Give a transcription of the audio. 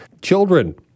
children